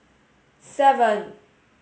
seven